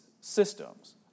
systems